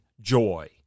joy